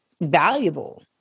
valuable